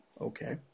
Okay